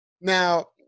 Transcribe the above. Now